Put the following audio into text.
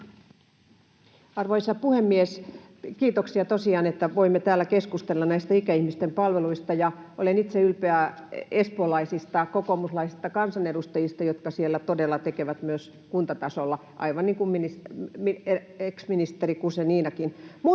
Arvoisa puhemies! Kiitoksia tosiaan, että voimme täällä keskustella näistä ikäihmisten palveluista, ja olen itse ylpeä espoolaisista kokoomuslaisista kansanedustajista, jotka siellä todella tekevät myös kuntatasolla, aivan niin kuin ex-ministeri Guzeninakin.